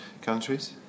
countries